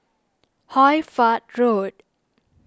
Hoy Fatt Road